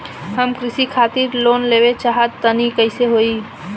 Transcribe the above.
हम कृषि खातिर लोन लेवल चाहऽ तनि कइसे होई?